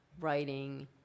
writing